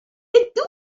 ydw